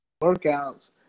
workouts